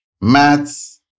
Maths